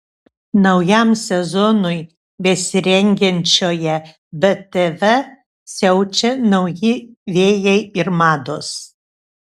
naujam sezonui besirengiančioje btv siaučia nauji vėjai ir mados